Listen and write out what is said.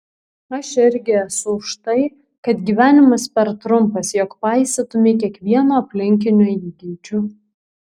aš irgi esu už tai kad gyvenimas per trumpas jog paisytumei kiekvieno aplinkinio įgeidžių